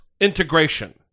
integration